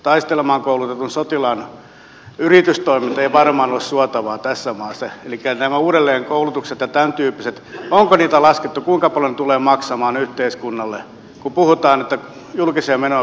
taistelemaan koulutetun sotilaan yritystoiminta ei varmaan ole suotavaa tässä maassa elikkä onko laskettu kuinka paljon nämä uudelleenkoulutukset ja tämän tyyppiset tulevat maksamaan yhteiskunnalle kun puhutaan että julkisia menoja pitää vähentää